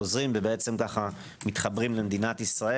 עוזרים ומתחברים למדינת ישראל.